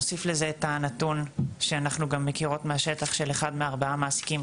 נוסיף לזה את הנתון שאנחנו גם מכירות מהשטח של אחד מארבעה מעסיקים,